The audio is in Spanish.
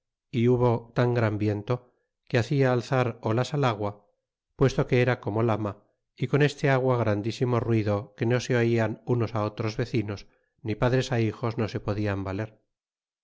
y hubo tan gran viento que hacia alzar olas al agua puesto que era como lama y con este agua grandisimo ruido que no se oian unos á otros vecinos ni padres á hijos no se podian valer